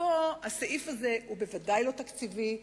הסעיף הזה הוא בוודאי לא תקציבי.